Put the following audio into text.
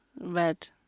Red